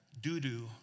doo-doo